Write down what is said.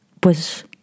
pues